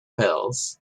pills